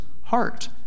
heart